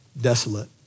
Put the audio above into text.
desolate